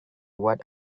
what